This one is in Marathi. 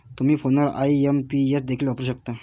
तुम्ही फोनवर आई.एम.पी.एस देखील वापरू शकता